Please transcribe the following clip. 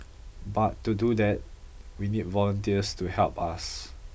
but to do that we need volunteers to help us